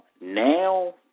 Now